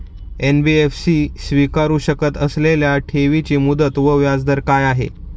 NBFC स्वीकारु शकत असलेल्या ठेवीची मुदत व व्याजदर काय आहे?